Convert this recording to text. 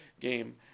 game